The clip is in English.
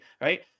right